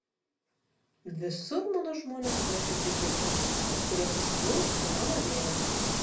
visur mano žmonės ruošia džigitus kurie susijungs po mano vėliava